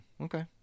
Okay